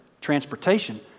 Transportation